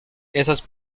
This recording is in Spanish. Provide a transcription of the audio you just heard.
esas